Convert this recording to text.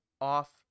off